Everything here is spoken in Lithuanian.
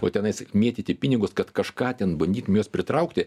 o tenais tik mėtyti pinigus kad kažką ten bandytum juos pritraukti